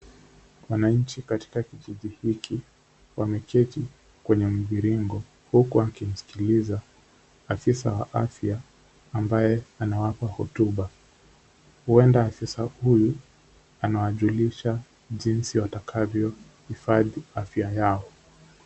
Wananchi katika kijiji hiki wameketi kwenye mviringo huku wakimsikiliza afisa wa afya ambaye anawapa hotuba. Huenda afisa huyu anawajulisha jinsi watakavyo hifadhi afya yao.